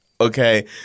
Okay